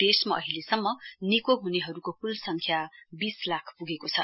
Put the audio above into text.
देशमा अहिलेसम्म निको हुनेहरूको कुल संख्या बीस लाख प्गेको छ